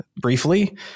briefly